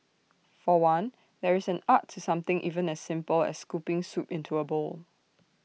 for one there is an art to something even as simple as scooping soup into A bowl